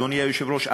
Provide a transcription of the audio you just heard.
אדוני היושב-ראש,